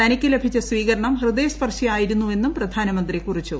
തനിക്ക് ലഭിച്ച സ്വീകരണം ഹൃദയസ്പർശിയായിരുന്നുവെന്നും പ്രധാനമന്ത്രി കുറിച്ചു